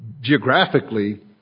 geographically